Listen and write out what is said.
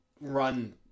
run